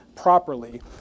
properly